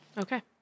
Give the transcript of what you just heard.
okay